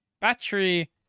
Battery